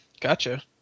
Gotcha